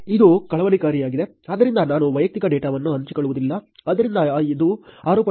ಇದು ಕಳವಳಕಾರಿಯಾಗಿದೆ ಆದ್ದರಿಂದ ನಾನು ವೈಯಕ್ತಿಕ ಡೇಟಾವನ್ನು ಹಂಚಿಕೊಳ್ಳುವುದಿಲ್ಲ ಆದ್ದರಿಂದ ಅದು 6